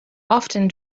often